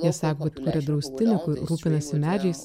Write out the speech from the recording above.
jie sako kad kuria draustinį kur rūpinasi medžiais